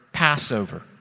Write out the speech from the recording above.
Passover